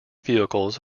vehicles